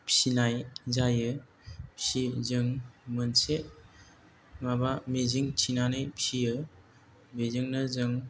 फिसिनाय जायो जों मोनसे माबा मिजिं थिनानै फियो बेजोंनो जों